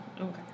Okay